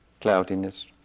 cloudiness